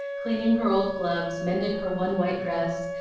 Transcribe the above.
cleaning her old gloves, mending her one white dress,